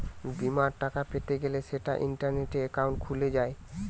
বিমার টাকা পেতে গ্যলে সেটা ইন্টারনেটে একাউন্ট খুলে যায়